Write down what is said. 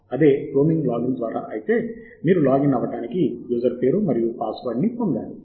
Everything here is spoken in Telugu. అదే రోమింగ్ లాగిన్ ద్వారా అయితే మీరు లాగిన్ అవ్వడానికి యూజర్ పేరు మరియు పాస్వర్డ్ ని పొందాలి